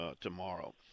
tomorrow